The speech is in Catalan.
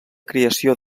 creació